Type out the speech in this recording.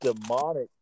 demonic